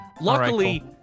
Luckily